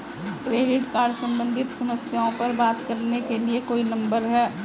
Credit card सम्बंधित समस्याओं पर बात करने के लिए कोई नंबर है?